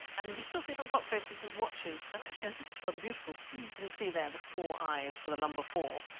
and you still see it on clock faces and watches and actually i think it's rather beautiful can you see there the four is for the number four?